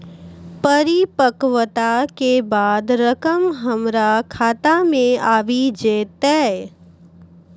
परिपक्वता के बाद रकम हमरा खाता मे आबी जेतै?